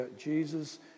Jesus